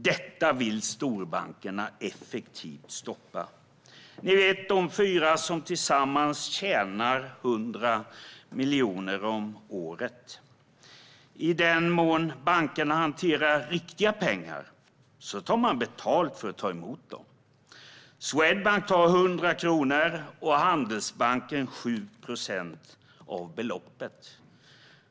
Detta vill storbankerna effektivt stoppa. Ni vet de fyra som tillsammans tjänar 100 miljarder om året. I den mån bankerna hanterar riktiga pengar, så tar man betalt för att ta emot dom! Swedbank tar 100 kronor och Handelsbanken 7 procent av beloppet.